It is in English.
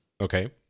Okay